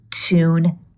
tune